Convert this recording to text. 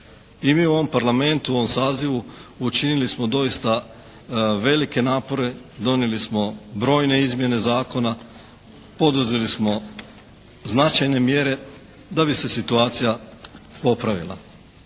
I mi u ovom Parlamentu u ovom sazivu učinili smo doista velike napore, donijeli smo brojne izmjene zakona, poduzeli smo značajne mjere da bi se situacija popravila.